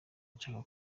nshaka